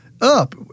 up